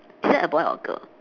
is that a boy or girl